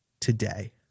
today